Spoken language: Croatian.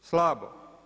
Slabo.